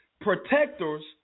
protectors